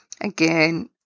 again